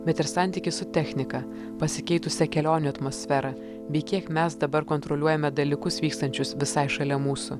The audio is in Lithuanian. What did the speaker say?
bet ir santykį su technika pasikeitusią kelionių atmosferą bei kiek mes dabar kontroliuojame dalykus vykstančius visai šalia mūsų